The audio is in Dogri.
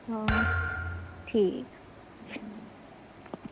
हां ठीक